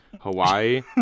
Hawaii